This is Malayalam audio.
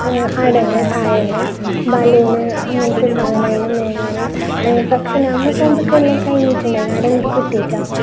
ആടന്നെ താഴന്നെ ബലൂൺ അങ്ങനത്തെ സാധനം എല്ലാം വാങ്ങാൻ പക്ഷേ നമ്മ പോകുമ്പഴേക്കും എല്ലാം കഴിഞ്ഞിട്ടുണ്ടാൻ ആടേ ഒന്നും കിട്ടിയിട്ടില്ല